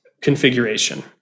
configuration